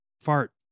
fart